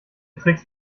tricks